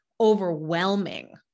overwhelming